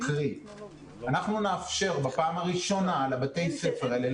אנחנו נאפשר בפעם הראשונה לבתי הספר האלה,